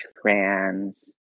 trans